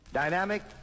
dynamic